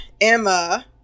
Emma